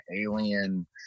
alien